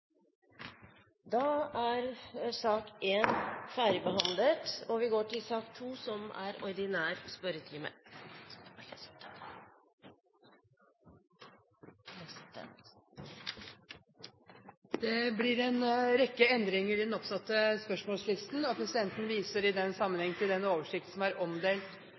er den muntlige spørretimen omme, og vi går over til den ordinære spørretimen. Det blir noen endringer i den oppsatte spørsmålslisten, og presidenten viser i den sammenheng til den oversikten som er omdelt